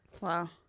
Wow